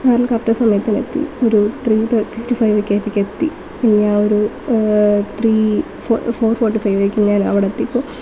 correct സമയത്ത് തന്നെ എത്തി ഒരു ത്രീ തേ ഫിഫ്റ്റി ഫൈവ് ഒക്കെ ആയപ്പോഴത്തേക്കും എത്തി പിന്നെ ആ ഒരു three four four forty five ആയിരിക്കും ഞാൻ അവിടെ എത്തിയപ്പോൾ